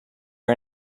are